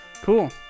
Cool